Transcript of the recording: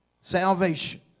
salvation